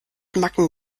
macken